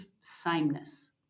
sameness